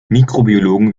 mikrobiologen